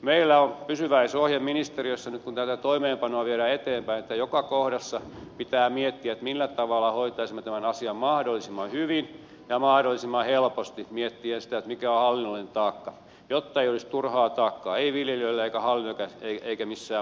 meillä on pysyväisohje ministeriössä nyt kun tätä toimeenpanoa viedään eteenpäin että joka kohdassa pitää miettiä millä tavalla hoitaisimme tämän asian mahdollisimman hyvin ja mahdollisimman helposti miettien sitä mikä on hallinnollinen taakka jotta ei olisi turhaa taakkaa viljelijöillä eikä hallinnossa eikä missään muuallakaan